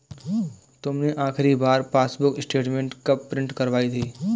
तुमने आखिरी बार पासबुक स्टेटमेंट कब प्रिन्ट करवाई थी?